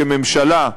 כממשלה,